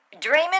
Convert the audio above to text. Dreaming